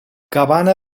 cabana